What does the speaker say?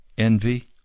Envy